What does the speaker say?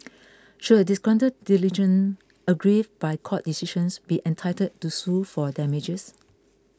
should a disgruntled litigant aggrieved by court decisions be entitled to sue for damages